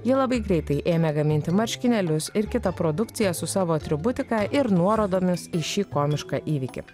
ji labai greitai ėmė gaminti marškinėlius ir kitą produkciją su savo atributika ir nuorodomis į šį komišką įvykį